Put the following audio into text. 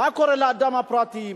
מה קורה לאדם הפרטי,